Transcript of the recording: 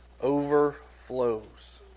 overflows